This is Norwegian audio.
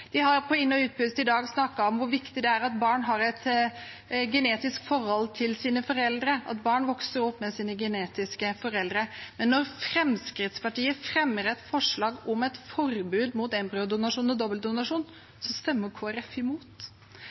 De har på inn- og utpust i dag snakket om hvor viktig det er at barn har et genetisk forhold til sine foreldre, at barn vokser opp med sine genetiske foreldre. Men når Fremskrittspartiet fremmer forslag om et forbud mot embryodonasjon og dobbeltdonasjon, stemmer Kristelig Folkeparti imot.